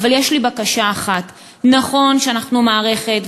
אבל יש לי בקשה אחת: נכון שאנחנו מערכת,